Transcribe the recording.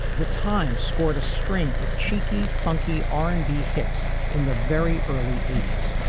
the times scored a string of cheeky funky r and b hits in the very early eighty s.